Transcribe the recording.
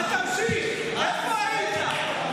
איפה היית?